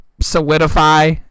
solidify